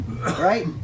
right